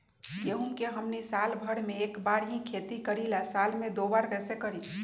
गेंहू के हमनी साल भर मे एक बार ही खेती करीला साल में दो बार कैसे करी?